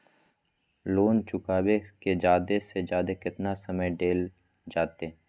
Loan चुकाबे के जादे से जादे केतना समय डेल जयते?